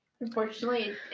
unfortunately